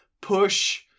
push